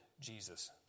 Jesus